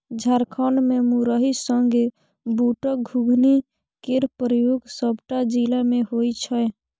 झारखंड मे मुरही संगे बुटक घुघनी केर प्रयोग सबटा जिला मे होइ छै